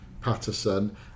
Patterson